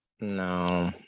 No